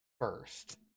first